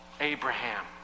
Abraham